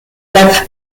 left